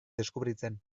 deskubritzen